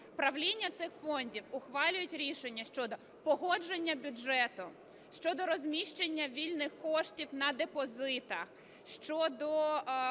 Правління цих фондів ухвалюють рішення щодо погодження бюджету, щодо розміщення вільних коштів на депозитах, щодо